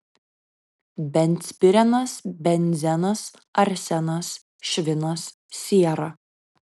benzpirenas benzenas arsenas švinas siera